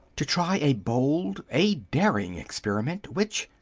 to try a bold, a daring experiment, which,